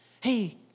hey